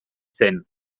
zen